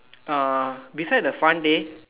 uh beside the fun day